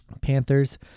Panthers